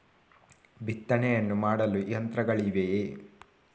ಬಿತ್ತನೆಯನ್ನು ಮಾಡಲು ಯಂತ್ರಗಳಿವೆಯೇ?